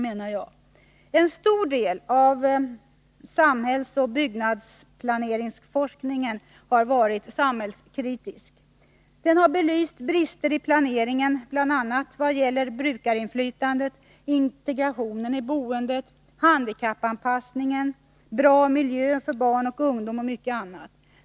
En stor del av samhällsoch byggnadsplaneringsforskningen har varit samhällskritisk. Den har belyst brister i planeringen, bl.a. vad gäller brukarinflytandet, integrationen i boendet, handikappanpassningen, en bra miljö för barn och ungdom och mycket annat.